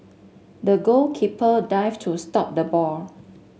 the goalkeeper dived to stop the ball